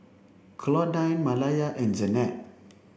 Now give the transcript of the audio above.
Claudine Malaya and Janette